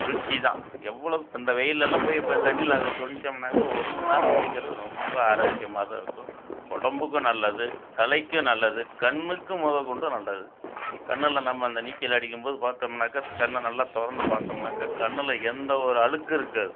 குளிர்ச்சி தான் எவ்வளோ இப்போ இந்த வெயில்லலாம் போய் இப்போ தண்ணியில் குளிச்சம்னாக்க ஒரு மணி நேரம் குளிக்கிறது ரொம்ப ஆரோக்கியமாக தான் இருக்கும் உடம்புக்கும் நல்லது தலைக்கும் நல்லது கண்ணுக்கு மொதல் கொண்டு நல்லது கண்ணில் நம்ம அந்த நீச்சல் அடிக்கும் போது பாத்தோம்னாக்கா து கண்ணை நல்லா திறந்து பாத்தோம்னாக்கா கண்ணில் எந்த ஒரு அழுக்கும் இருக்காது